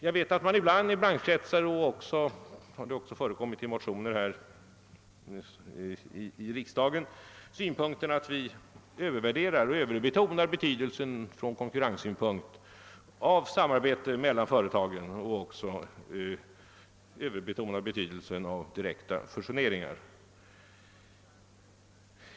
Jag vet att det ibland i bankkretsar — det har även förekommit i motioner här i riksdagen — sägs att vi övervärde rar och överbetonar betydelsen från konkurrenssynpunkt av samarbete mellan företagen och även av direkta fusioneringar.